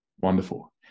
Wonderful